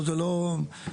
פה זה לא שווייץ.